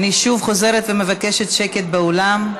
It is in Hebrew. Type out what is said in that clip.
אני חוזרת ומבקשת שקט באולם.